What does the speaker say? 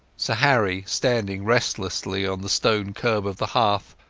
sir harry standing restlessly on the stone curb of the hearth,